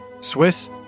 Swiss